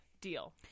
deal